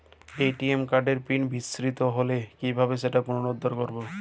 ATM কার্ডের PIN বিস্মৃত হলে কীভাবে সেটা পুনরূদ্ধার করব?